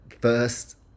first